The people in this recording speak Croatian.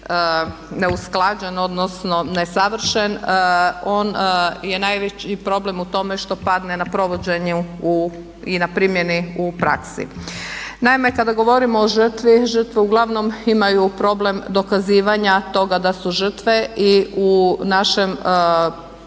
neusklađen odnosno nesavršen on je najveći problem u tome što padne na provođenju i na primjeni u praksi. Naime, kada govorimo o žrtvi žrtve uglavnom imaju problem dokazivanja toga da su žrtve i u našem sustavu